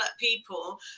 people